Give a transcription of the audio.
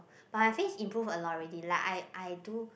but my face improve a lot already lah I I do